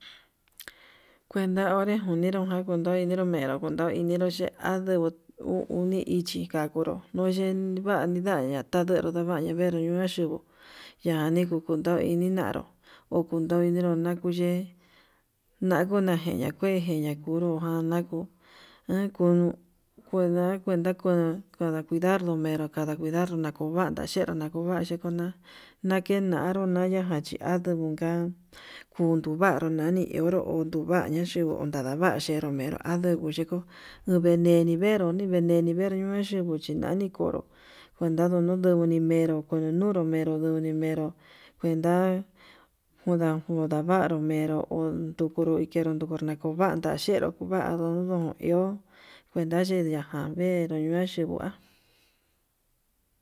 Kuenta onre oninojan ndo enero mero ndukoi enero xhe aduu uu oni ichi ngua nguru nunyen va'a nivaña tavenro nivaña, nivenru nuu na'a yuku yani kukundu itii nanrú ukundoi inero nakuu ye'é, nakuu nakue njeña kue ngeña'a unru ján nakuu ankunuu kunda kuenta ko kanda kuidaró mero kada kuindarnu nakova nandacheru nakuva chenro kunda nakenaru nayajan chi ha tunka kundu varuu nani ionru no'o tuvaña chinuu va'a xhenro menró ndadudu yukuu nune venii nenuu uni niveri, xhinguu chinani kunru kuentadu nuni niveru kunu nunu menró yunduni mero kuenta kundavaruu meru undukuru menró nduku nakuva'a xanchenru kuvaru undo iho kuenta chedia ján veeru ñuan xhikua.